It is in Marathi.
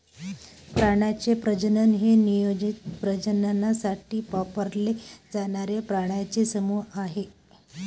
प्राण्यांचे प्रजनन हे नियोजित प्रजननासाठी वापरले जाणारे प्राण्यांचे समूह आहे